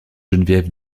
geneviève